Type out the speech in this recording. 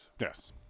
yes